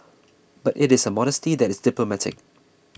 but it is a modesty that is diplomatic